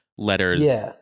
Letters